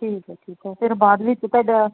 ਠੀਕ ਹੈ ਠੀਕ ਹੈ ਫਿਰ ਬਾਅਦ ਵਿੱਚ ਤੁਹਾਡਾ